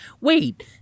wait